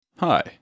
Hi